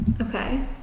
Okay